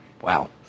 Wow